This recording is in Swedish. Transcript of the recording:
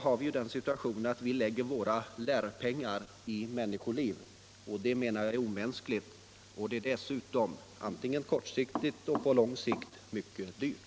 I dag har vi den situationen att vi lägger våra lärpengar i människoliv. Det menar jag är omänskligt. Det är dessutom både kortsiktigt och på lång sikt mycket dyrt.